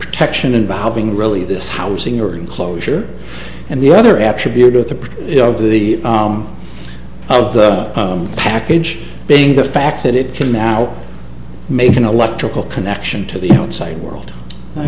protection involving really this housing or enclosure and the other attribute of the of the package being the fact that it can now make an electrical connection to the outside world